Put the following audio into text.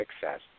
success